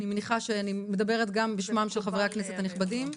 ואני מניחה שאני מדברת גם בשמם של חברי הכנסת הנכבדים.